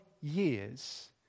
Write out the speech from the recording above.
years